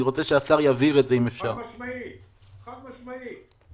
וכן, אני מבקש להצביע כי זו